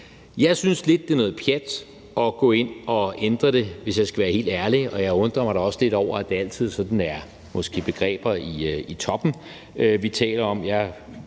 Jeg synes lidt, det er noget pjat at gå ind og ændre det, hvis jeg skal være helt ærlig, og jeg undrer mig da også lidt over, at det altid er begreber i toppen, vi taler om.